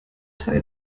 tage